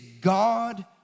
God